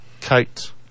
Kate